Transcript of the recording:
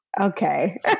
Okay